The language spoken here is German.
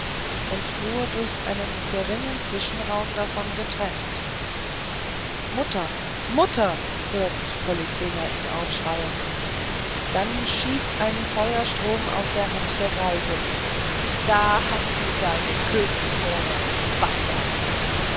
und nur durch einen geringen zwischenraum davon getrennt mutter mutter hört polyxena ihn aufschreien dann schießt ein feuerstrom aus der hand der greisin da hast du deine königskrone bastard